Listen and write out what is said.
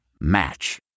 Match